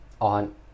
on